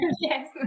Yes